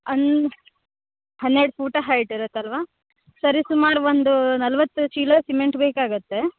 ಹನ್ ಹನ್ನೆರಡು ಪೂಟ ಹೈಟ್ ಇರುತ್ತಲ್ವ ಸರಿ ಸುಮಾರು ಒಂದು ನಲ್ವತ್ತು ಚೀಲ ಸಿಮೆಂಟ್ ಬೇಕಾಗುತ್ತೆ